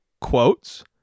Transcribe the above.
quotes